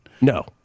No